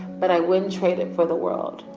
but i wouldn't trade it for the world.